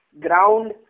ground